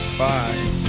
Bye